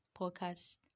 Podcast